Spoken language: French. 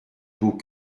beau